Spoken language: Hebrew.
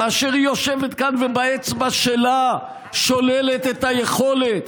כאשר היא יושבת כאן ובאצבע שלה שוללת את היכולת